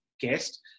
guest